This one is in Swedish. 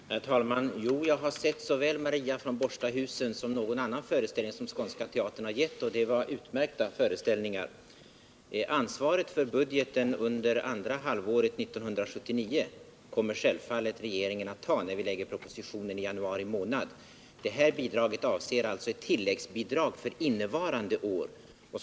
Herr talman! Jo, jag har sett såväl Maria från Borstahusen som någon annan föreställning som Skånska teatern har givit, och det var utmärkta föreställningar. Ansvaret för budgeten för andra halvåret 1979 kommer regeringen självfallet att ta när den lägger fram budgetpropositionen i januari månad, men vad det här gäller är ett tilläggsbidrag för innevarande budgetår.